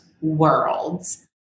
worlds